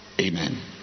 Amen